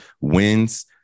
wins